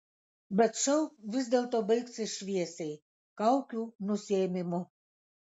bet šou vis dėlto baigsis šviesiai kaukių nusiėmimu